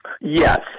Yes